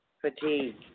fatigue